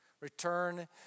return